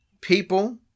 People